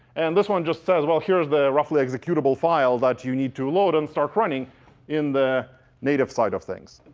and this one just says, well here's the roughly executable file that you need to load and start running in the native side of things.